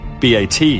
BAT